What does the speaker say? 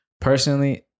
Personally